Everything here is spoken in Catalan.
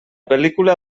pel·lícula